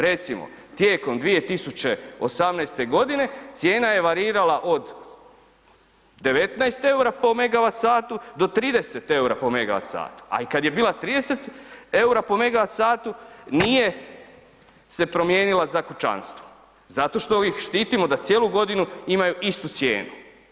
Recimo tijekom 2018. godine, cijena je varirala od 19 EUR-a po MWh do 30 EUR-a po MWh, a i kad je bila 30 EUR-a po MWh nije se promijenila za kućanstva, zato što ih štitimo da cijelu godinu imaju istu cijenu.